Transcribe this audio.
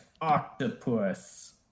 octopus